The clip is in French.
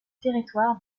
territoire